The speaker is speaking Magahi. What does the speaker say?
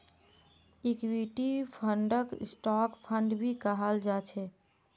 इक्विटी फंडक स्टॉक फंड भी कहाल जा छे